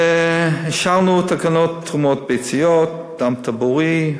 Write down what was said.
אישרנו את תקנות תרומות ביציות, דם טבורי,